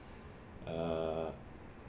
err